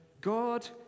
God